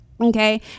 okay